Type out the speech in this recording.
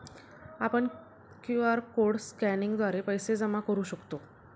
आपण QR code स्कॅनिंगद्वारे पैसे जमा करू शकतो